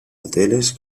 hoteles